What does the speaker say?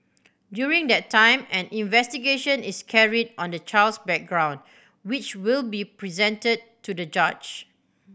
during that time an investigation is carried on the child's background which will be presented to the judge